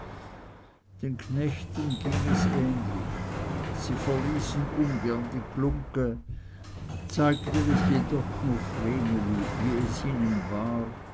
den knechten ging es ähnlich sie verließen ungern die glunggen zeigten es jedoch nur vreneli wie es ihnen war